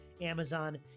Amazon